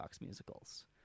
musicals